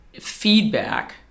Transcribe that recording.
feedback